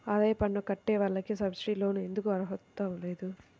ఆదాయ పన్ను కట్టే వాళ్లకు సబ్సిడీ లోన్ ఎందుకు అర్హత లేదు?